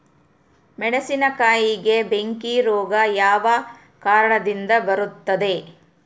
ಮೆಣಸಿನಕಾಯಿಗೆ ಬೆಂಕಿ ರೋಗ ಯಾವ ಕಾರಣದಿಂದ ಬರುತ್ತದೆ?